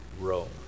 Rome